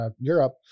Europe